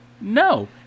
No